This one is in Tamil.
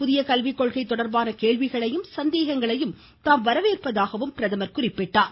புதிய கல்விக்கொள்கை தொடர்பான கேள்விகளையும் சந்தேகங்களையும் தாம் வரவேற்பதாகவும் அவர் எடுத்துரைத்தார்